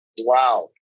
Wow